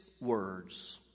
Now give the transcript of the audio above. words